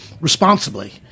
responsibly